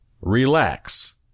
relax